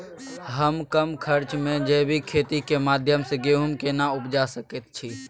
हम कम खर्च में जैविक खेती के माध्यम से गेहूं केना उपजा सकेत छी?